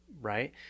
Right